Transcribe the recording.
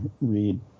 read